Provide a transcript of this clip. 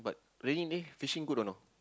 rainy day fishing good or not